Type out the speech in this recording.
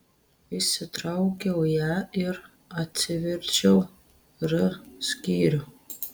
išsitraukiau ją ir atsiverčiau r skyrių